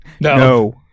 No